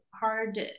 hard